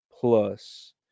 plus